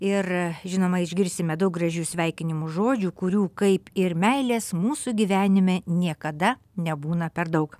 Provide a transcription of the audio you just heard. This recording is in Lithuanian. ir žinoma išgirsime daug gražių sveikinimo žodžių kurių kaip ir meilės mūsų gyvenime niekada nebūna per daug